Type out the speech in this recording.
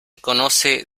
conoce